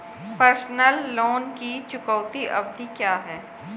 Personal loan की चुकौती अवधि क्या है?